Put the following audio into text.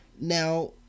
Now